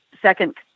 second